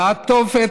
לעטוף את